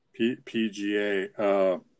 PGA